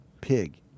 pig